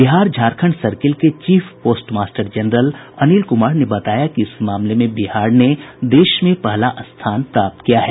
Bihar Jharkhand circle के chief postmaster general Anil Kumar ने बताया कि इस मामले में बिहार ने देश में पहला स्थान प्राप्त किया है